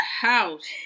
house